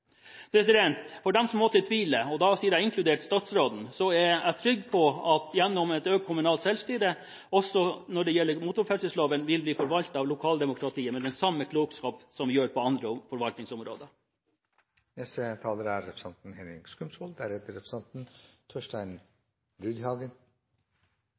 For dem som måtte tvile, da sier jeg inkludert statsråden, så er jeg trygg på at gjennom økt kommunalt selvstyre også når det gjelder motorferdselsloven, vil den bli forvaltet av lokaldemokratiet med den samme klokskap som på andre